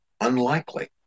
unlikely